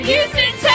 Houston